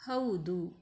ಹೌದು